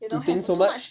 to think so much